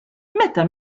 meta